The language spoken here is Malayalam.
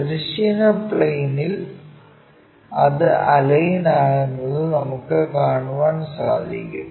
തിരശ്ചീന പ്ലെയിനിൽ അത് അലൈൻ ആകുന്നത് നമുക്കു കാണാൻ സാധിക്കും